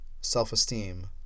self-esteem